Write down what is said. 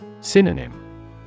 Synonym